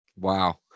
Wow